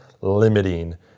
limiting